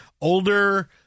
older